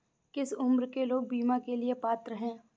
किस उम्र के लोग बीमा के लिए पात्र हैं?